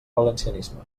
valencianisme